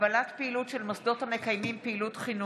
(הגבלת פעילות של מוסדות המקיימים פעילות חינוך)